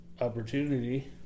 opportunity